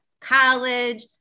college